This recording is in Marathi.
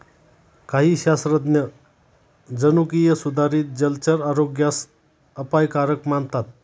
काही शास्त्रज्ञ जनुकीय सुधारित जलचर आरोग्यास अपायकारक मानतात